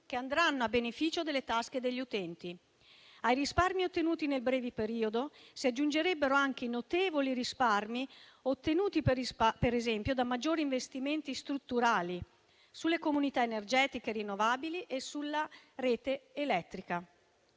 che andranno a beneficio delle tasche degli utenti. Ai risparmi ottenuti nel breve periodo si aggiungerebbero anche i notevoli risparmi ottenuti, per esempio, da maggiori investimenti strutturali sulle comunità energetiche rinnovabili e sulla rete elettrica.